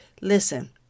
Listen